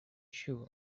shoe